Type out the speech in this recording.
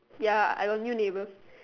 ya I got new neighbor